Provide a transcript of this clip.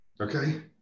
Okay